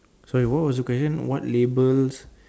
sorry what was your question what labels